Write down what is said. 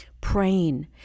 praying